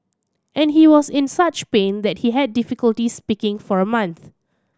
and he was in such pain that he had difficulty speaking for a month